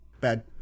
bad